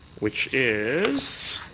which is.